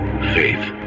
faith